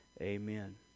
Amen